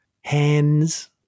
hands